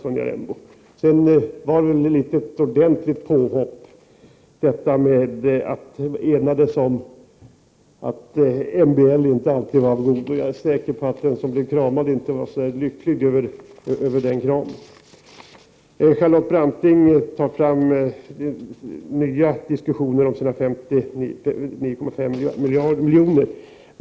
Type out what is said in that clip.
Sedan var det väl ett ordentligt påhopp att säga att ni var överens om att MBL inte alltid är av godo. Jag är säker på att den som blev kramad inte var så där alldeles lycklig över den kramen. Charlotte Branting tar på nytt upp diskussionen om sina 9,5 miljoner.